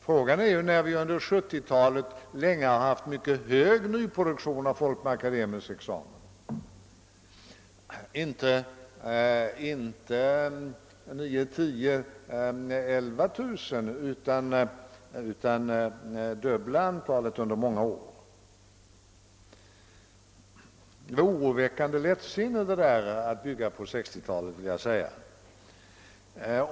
Frågan är hur det blir när vi under 1970-talet under en längre tid haft en mycket hög produktion av akademiska examina, inte bara 9 000—11 000 om året utan det dubbla antalet under många år. Att bedömningen byggdes på 1960-talets siffror innebar ett oroväckande lättsinne.